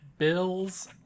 bills